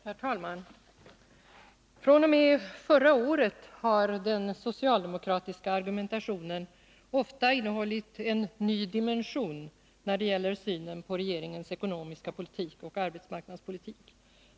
Herr talman! fr.o.m. förra året har den socialdemokratiska argumentationen ofta innehållit en ny dimension när det gäller synen på regeringens ekonomiska politik och arbetsmarknadspolitik.